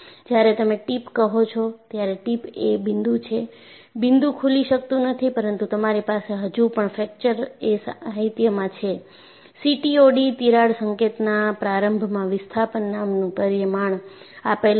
જ્યારે તમે ટીપ કહો છો ત્યારે ટીપ એ બિંદુ છે બિંદુ ખુલી શકતું નથી પરંતુ તમારી પાસે હજુ પણ ફ્રેકચર એ સાહિત્યમાં છે સીટીઓડી તિરાડ સંકેતના પ્રારંભમાં વિસ્થાપન નામનું પરિમાણ આપેલુ છે